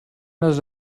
does